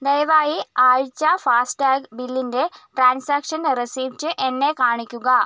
ദയവായി ആഴ്ച ഫാസ്ടാഗ് ബില്ലിൻ്റെ ട്രാൻസാക്ഷൻ റെസീപ്പ്റ്റ് എന്നെ കാണിക്കുക